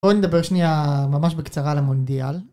בואו נדבר שנייה ממש בקצרה על המונדיאל